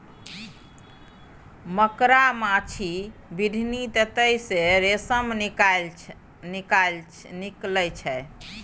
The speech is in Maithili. मकड़ा, माछी, बिढ़नी, ततैया सँ रेशम निकलइ छै